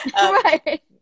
right